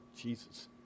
Jesus